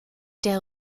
der